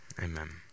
Amen